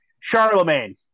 Charlemagne